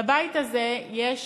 בעיני, לבית הזה יש